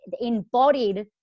embodied